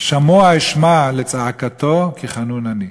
שמע אשמע צעקתו, כי חנון אני".